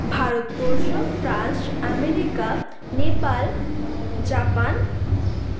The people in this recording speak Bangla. Bharatvarsha France America Nepal Japan